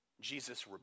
Jesus